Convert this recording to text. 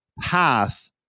path